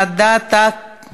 נכון, אני אמרתי את זה כמה